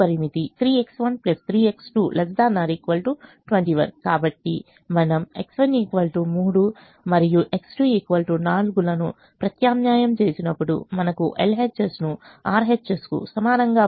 కాబట్టి మనము X1 3 మరియు X2 4 లను ప్రత్యామ్నాయం చేసినప్పుడు మనకు LHS ను RHS కు సమానంగా పొందుతాము